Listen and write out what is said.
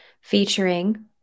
featuring